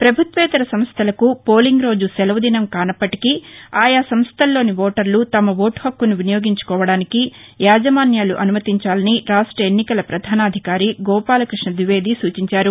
ప్రభుత్వేతర సంస్థలకు పోలింగ్ రోజు సెలవుదినం కానప్పటికీ ఆయా సంస్థల్లోని ఓటర్లు తమ ఓటు హక్కును వినియోగించుకోవడానికి యాజమాన్యాలు అనుమతించాలని రాష్ట ఎన్నికల ప్రధానాధికారి గోపాలక్బష్ణ ద్వివేది సూచించారు